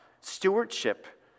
Stewardship